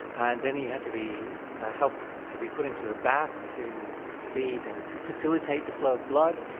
and then he had to be helped to be put into a bath to speed and to facilitate the flow of blood,